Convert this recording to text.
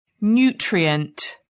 nutrient